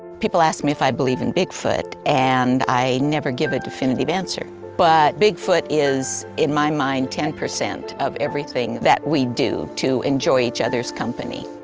people ask me if i believe in bigfoot, and i never give a definitive answer. but bigfoot is in my mind ten percent of everything that we do to enjoy each other's company.